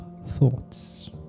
Thoughts